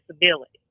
disability